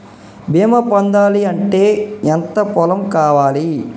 బీమా పొందాలి అంటే ఎంత పొలం కావాలి?